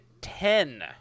Ten